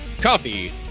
coffee